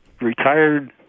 retired